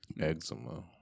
Eczema